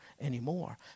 anymore